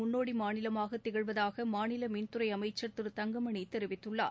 முன்னோடி மாநிலமாக திகழ்வதாக மாநில மின்துறை அமைச்சர் திரு தங்கமணி தெரிவித்துள்ளார்